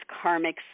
karmic